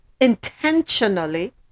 intentionally